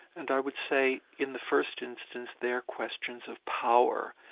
and i would say in the first instance they're questions of power.